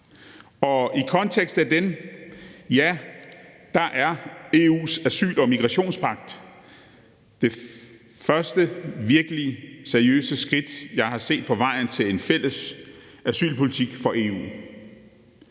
den kontekst er EU's asyl- og migrationspagt det første virkelig seriøse skridt, jeg har set på vejen til en fælles asylpolitik for EU,